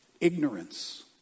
ignorance